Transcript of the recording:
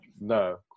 no